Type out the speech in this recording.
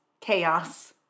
Chaos